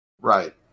Right